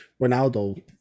Ronaldo